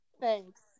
thanks